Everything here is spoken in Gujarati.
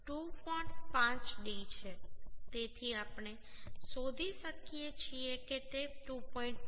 5d છે તેથી આપણે શોધી શકીએ છીએ કે તે 2